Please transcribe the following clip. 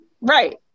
right